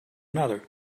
another